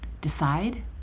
Decide